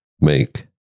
make